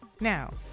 Now